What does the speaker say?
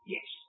Yes